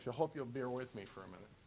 hope you'll bear with me for a minute.